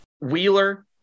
Wheeler